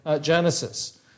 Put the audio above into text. Genesis